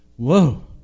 whoa